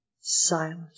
silent